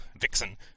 Vixen